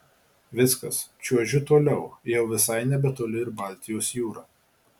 viskas čiuožiu toliau jau visai nebetoli ir baltijos jūra